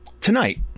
Tonight